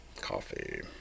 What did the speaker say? Coffee